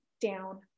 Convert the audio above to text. down